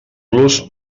los